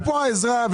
ופה העזרה שלך.